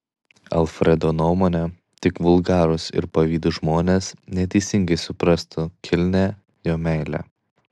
alfredo nuomone tik vulgarūs ir pavydūs žmonės neteisingai suprastų kilnią jo meilę